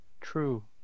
true